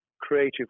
creative